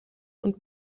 und